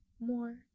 more